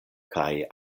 kaj